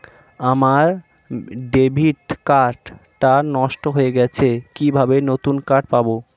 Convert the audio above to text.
আমার debit card টা নষ্ট হয়ে গেছে কিভাবে নতুন কার্ড পাব?